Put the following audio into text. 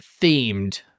themed